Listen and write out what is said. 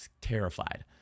terrified